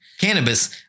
Cannabis